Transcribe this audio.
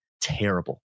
terrible